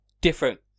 different